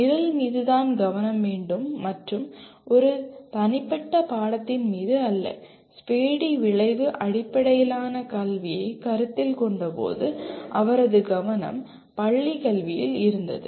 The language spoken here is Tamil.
நிரல் மீதுதான் கவனம் வேண்டும் மற்றும் ஒரு தனிப்பட்ட பாடத்தின் மீது அல்ல ஸ்பேடி விளைவு அடிப்படையிலான கல்வியைக் கருத்தில் கொண்டபோது அவரது கவனம் பள்ளி கல்வியில் இருந்தது